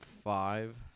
Five